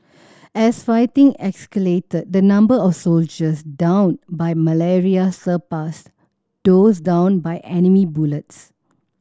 as fighting escalated the number of soldiers downed by malaria surpassed those downed by enemy bullets